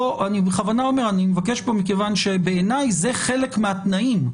אני בכוונה אומר שאני מבקש מכיוון שבעיניי זה חלק מהתנאים.